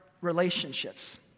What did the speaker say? relationships